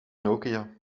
nokia